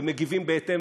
ומגיבים בהתאם.